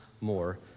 more